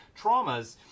traumas